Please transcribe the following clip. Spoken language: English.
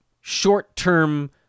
short-term